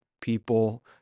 people